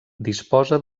disposa